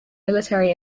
military